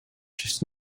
just